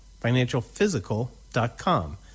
financialphysical.com